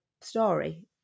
story